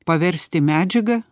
paversti medžiaga